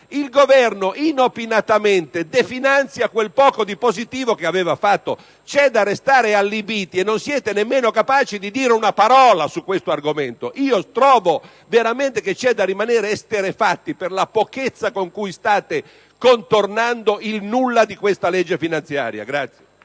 il Governo inopinatamente definanzia quel poco di positivo che aveva fatto. C'è da restare allibiti: non siete nemmeno capaci di dire una parola su questo argomento! Trovo davvero che ci sia da rimanere esterrefatti per la pochezza con cui state contornando il nulla di questa legge finanziaria!